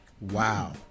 Wow